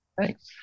Thanks